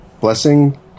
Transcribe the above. blessing